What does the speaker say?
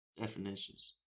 definitions